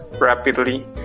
rapidly